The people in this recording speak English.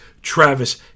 Travis